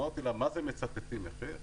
אמרתי לה: מה זה מצטטים מחיר?